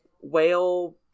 whale